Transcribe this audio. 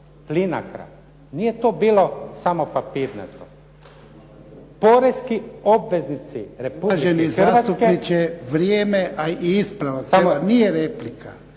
nije to bilo samo papirnato. Poreski obveznici Republike Hrvatske.